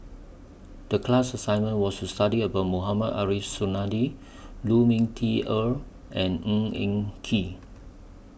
The class assignment was to study about Mohamed Ariff Suradi Lu Ming Teh Earl and Ng Eng Kee